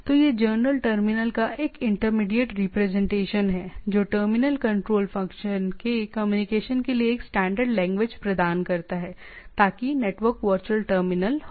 तो यह general terminal का एक इंटरमीडिएट रिप्रेजेंटेशन है जो टर्मिनल कंट्रोल फ़ंक्शन के कम्युनिकेशन के लिए एक स्टैंडर्ड लैंग्वेज प्रदान करता है ताकि नेटवर्क वर्चुअल टर्मिनल हो